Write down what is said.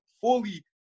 fully